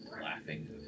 laughing